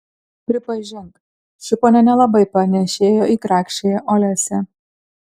pripažink ši ponia nelabai panėšėjo į grakščiąją olesią